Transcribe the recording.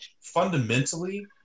Fundamentally